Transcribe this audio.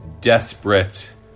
desperate